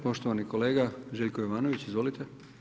Poštovani kolega Željko Jovanović, izvolite.